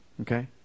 okay